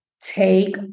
Take